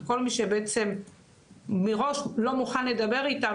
כל מי שבעצם מראש לא מוכן לדבר איתם,